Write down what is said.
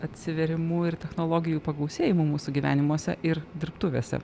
atsivėrimu ir technologijų pagausėjimu mūsų gyvenimuose ir dirbtuvėse